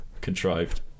contrived